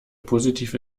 positiv